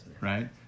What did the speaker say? right